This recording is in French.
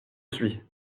suis